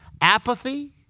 Apathy